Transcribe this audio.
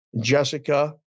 Jessica